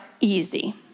easy